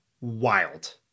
wild